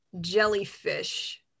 Jellyfish